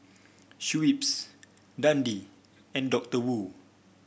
Schweppes Dundee and Doctor Wu